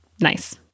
nice